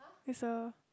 it's a